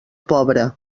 pobre